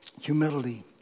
Humility